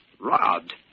Robbed